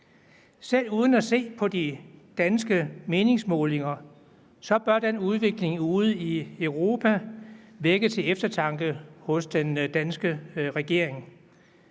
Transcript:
Selv uden at se på de danske meningsmålinger, bør den udvikling ude i Europa vække eftertanke hos den danske regering.